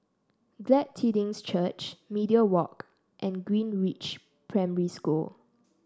Glad Tidings Church Media Walk and Greenridge Primary School